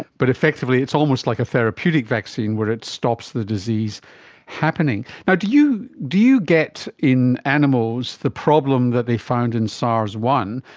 but effectively it's almost like a therapeutic vaccine where it stops the disease happening. do you do you get in animals the problem that they found in sars one,